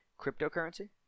cryptocurrency